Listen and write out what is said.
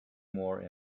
more